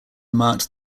marked